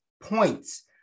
points